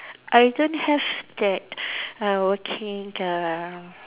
I don't have that uh working uh